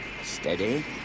Steady